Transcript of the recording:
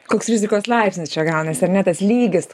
koks rizikos laipsnis čia gaunasi ar ne tas lygis